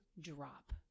drop